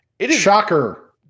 Shocker